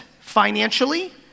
financially